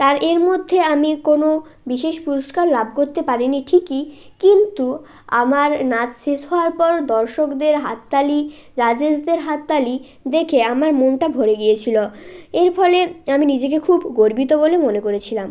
তার এর মধ্যে আমি কোনো বিশেষ পুরস্কার লাভ করতে পারি নি ঠিকই কিন্তু আমার নাচ শেষ হওয়ার পর দর্শকদের হাততালি জাজেসদের হাততালি দেখে আমার মনটা ভরে গিয়েছিলো এর ফলে আমি নিজেকে খুব গর্বিত বলে মনে করেছিলাম